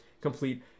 Complete